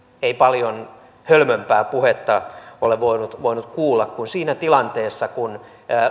ei paljon hölmömpää puhetta ole voinut voinut kuulla kuin siinä tilanteessa kun